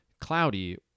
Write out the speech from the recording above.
cloudy